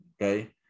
Okay